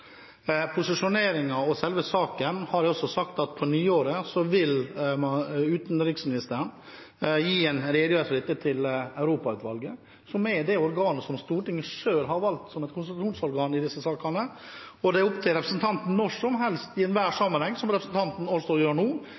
saken, har jeg også sagt at utenriksministeren på nyåret vil gi en redegjørelse om dette for Europautvalget, som er det organet Stortinget selv har valgt som konsultasjonsorgan i disse sakene. Det er opp til representanten å bibringe Stortinget, når som helst, i enhver sammenheng, som representanten gjør nå,